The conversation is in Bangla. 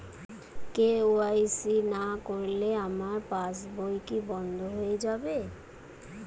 কে.ওয়াই.সি না করলে আমার পাশ বই কি বন্ধ হয়ে যাবে?